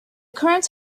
current